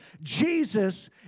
Jesus